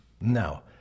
Now